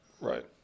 Right